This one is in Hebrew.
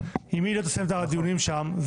אם היא לא תסיים את הדיונים שם,